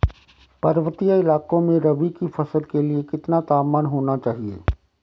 पर्वतीय इलाकों में रबी की फसल के लिए कितना तापमान होना चाहिए?